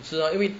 是啊因为